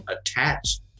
attached